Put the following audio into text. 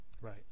right